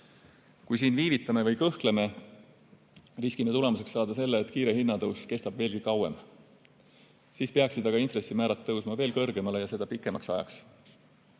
Kui siin viivitame või kõhkleme, riskime tulemuseks saada selle, et kiire hinnatõus kestab veelgi kauem. Siis peaksid aga intressimäärad tõusma veel kõrgemale, ja seda pikemaks ajaks.